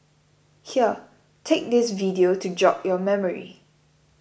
here take this video to jog your memory